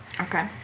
Okay